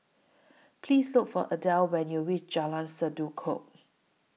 Please Look For Adel when YOU REACH Jalan Sendudok